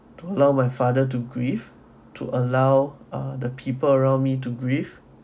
to allow my father to grief to allow uh the people around me to grief